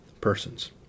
persons